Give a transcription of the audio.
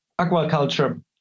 aquaculture